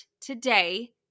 today